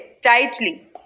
tightly